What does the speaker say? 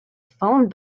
phone